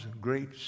great